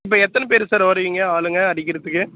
இப்போ எத்தனை பேர் சார் வருவீங்க ஆளுங்க அடிக்கிறதுக்கு